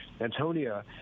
Antonia